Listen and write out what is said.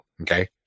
okay